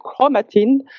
chromatin